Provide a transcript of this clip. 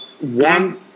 one